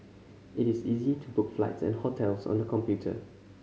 it is easy to book flights and hotels on the computer